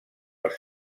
els